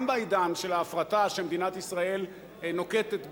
גם בעידן של ההפרטה, שמדינת ישראל נוקטת אותה,